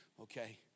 okay